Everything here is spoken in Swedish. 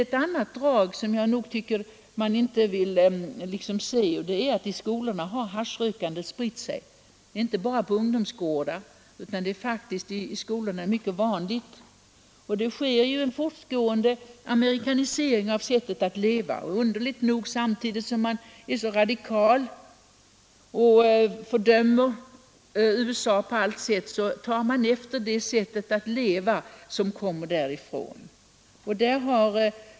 Ett annat drag som jag tycker att man liksom inte vill se är att haschrökandet har spritt sig i skolorna — inte bara på ungdomsgårdar och faktiskt är mycket vanligt. Det sker ju en fortgående amerikanisering av sättet att leva, underligt nog. Samtidigt som man är så radikal och fördömer USA, tar man efter det sätt att leva som kommer därifrån.